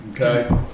Okay